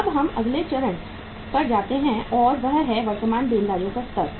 अब हम अगले चरण पर जाते हैं और वह है वर्तमान देनदारियों का स्तर